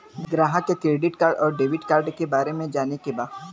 ग्राहक के credit card और डेविड कार्ड के बारे में जाने के बा?